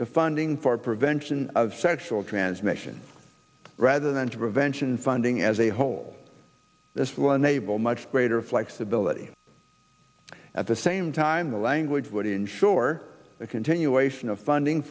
to funding for prevention of sexual transmission rather than to prevention funding as a whole this will enable much greater flexibility at the same time language would ensure a continuation funding